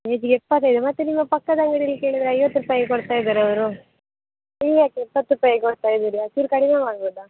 ಕೆಜಿಗೆ ಎಪ್ಪತ್ತೈದು ಮತ್ತೆ ನಿಮ್ಮ ಪಕ್ಕದ ಅಂಗಡಿಲಿ ಕೇಳಿದರೆ ಐವತ್ತು ರೂಪಾಯ್ಗೆ ಕೊಡ್ತಾ ಇದ್ದಾರೆ ಅವರು ನೀವು ಯಾಕೆ ಎಪ್ಪತ್ತು ರೂಪಾಯ್ಗೆ ಕೊಡ್ತಾ ಇದ್ದೀರಿ ಚೂರು ಕಡಿಮೆ ಮಾಡ್ಬೋದ